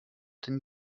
denn